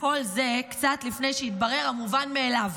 כל זה קצת לפני שהתברר המובן מאליו,